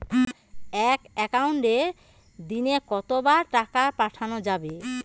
এক একাউন্টে দিনে কতবার টাকা পাঠানো যাবে?